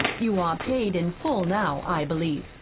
you are paid in full now, i believe,